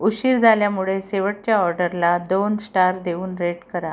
उशीर झाल्यामुळे शेवटच्या ऑर्डरला दोन स्टार देऊन रेट करा